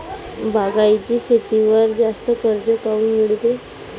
बागायती शेतीवर जास्त कर्ज काऊन मिळते?